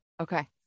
Okay